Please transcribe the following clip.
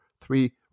three